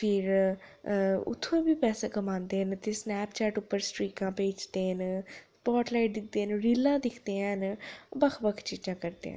फ्ही अ उत्थूं बी पैसे कमांदे न ते स्नैपचैट उप्पर स्ट्रीकां भेजदे न स्पाटलाइट दिखदे न रीलां दिखदे न बक्ख बक्ख चीजां करदे न